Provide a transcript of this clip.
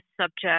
subject